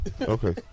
Okay